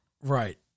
Right